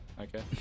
Okay